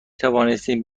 توانستیم